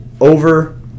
over